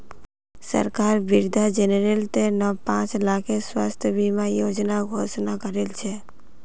सरकार वृद्धजनेर त न पांच लाखेर स्वास्थ बीमा योजनार घोषणा करील छ